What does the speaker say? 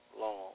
long